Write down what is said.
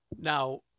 Now